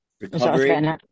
recovery